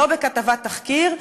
לא בכתבת תחקיר,